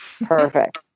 perfect